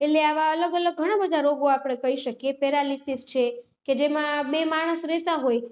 એટલે આવા અલગ અલગ ઘણા બધા રોગો આપણે કહી શકીએ પેરાલીસીસ છે કે જેમાં બે માણસ રહેતા હોય